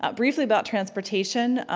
ah briefly about transportation,